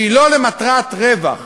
שהיא לא למטרת רווח,